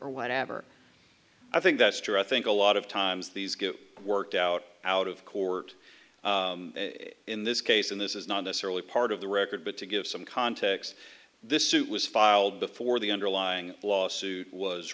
or whatever i think that's true i think a lot of times these get worked out out of court in this case and this is not necessarily part of the record but to give some context this suit was filed before the underlying lawsuit was